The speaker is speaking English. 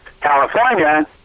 California